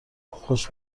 خوش